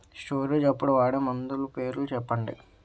Storage అప్పుడు వాడే మందులు పేర్లు చెప్పండీ?